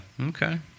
Okay